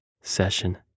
session